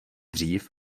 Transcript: dřív